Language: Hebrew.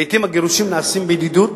לעתים הגירושין נעשים בידידות,